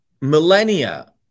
millennia